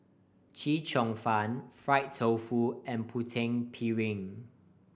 Chee Cheong Fun fried tofu and Putu Piring